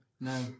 No